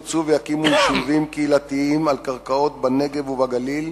ירצו ויקימו יישובים קהילתיים על קרקעות בנגב ובגליל.